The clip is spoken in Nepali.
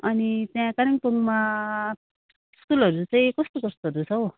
अनि त्यहाँ कालिम्पोङमा स्कुलहरू चाहिँ कस्तो कस्तोहरू छ हौ